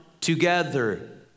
together